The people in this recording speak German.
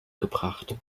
gebracht